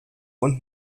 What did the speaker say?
und